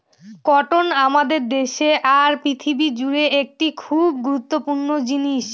cotton আমাদের দেশে আর পৃথিবী জুড়ে একটি খুব গুরুত্বপূর্ণ জিনিস